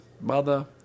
mother